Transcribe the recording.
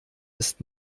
ist